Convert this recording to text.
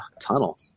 tunnel